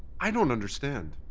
i don't understand.